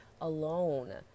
alone